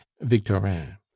Victorin